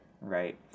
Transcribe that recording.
Right